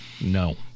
No